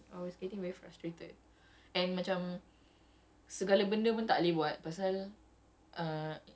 apa eh like it's just super laggy ah macam everything keep crashing and I was getting very frustrated